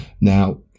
Now